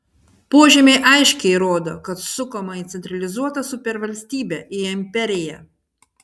požymiai aiškiai rodo kad sukama į centralizuotą supervalstybę į imperiją